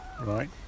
Right